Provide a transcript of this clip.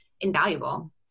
invaluable